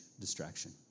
distraction